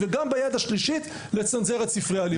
ביד השלישית לצנזר את ספרי הלימוד.